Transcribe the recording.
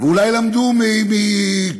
ואולי למדו מה"חמאסניקים",